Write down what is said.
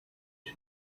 she